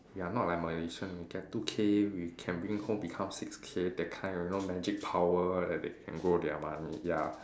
ya not like Malaysian we get two K we can bring home became six K that kind of magic power that they can hold their money ya